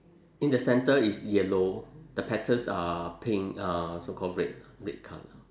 in the centre is yellow the petals are pink uh so called red red colour